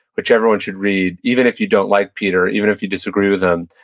which everyone should read even if you don't like peter, even if you disagree with him.